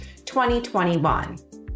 2021